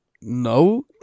No